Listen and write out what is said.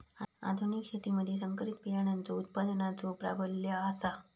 आधुनिक शेतीमधि संकरित बियाणांचो उत्पादनाचो प्राबल्य आसा